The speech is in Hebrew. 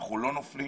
אנחנו לא נופלים,